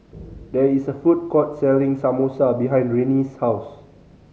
there is a food court selling Samosa behind Renee's house